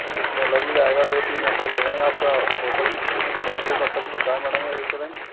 अब इसमें लग ही जाएगा दो तीन घंटे लग जाएंगे आपका होटल कब से कब तक खुलता है मैडम ये रेस्टोरेंट